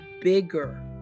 bigger